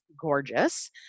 gorgeous